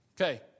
Okay